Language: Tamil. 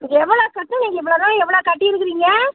எவ்வளோ கட்டணும் இது வரையும் எவ்வளோ கட்டியிருக்கிறீங்க